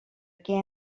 què